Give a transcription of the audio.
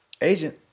agent